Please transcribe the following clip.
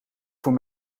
voor